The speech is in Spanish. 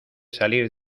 salir